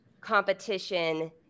competition